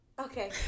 Okay